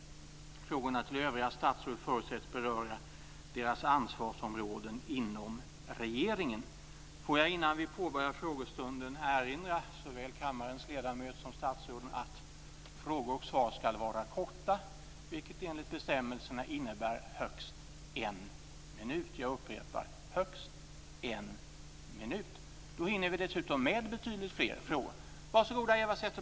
Frågorna till övriga statsråd förutsätts beröra deras ansvarsområden inom regeringen. Får jag innan vi påbörjar frågestunden erinra såväl kammarens ledamöter som statsråden att frågor och svar skall var korta, vilket enligt bestämmelserna innebär högst en minut. Då hinner vi dessutom med betydligt fler frågor.